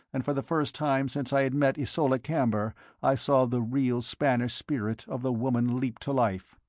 and for the first time since i had met ysola camber i saw the real spanish spirit of the woman leap to life.